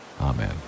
Amen